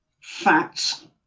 facts